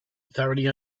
authority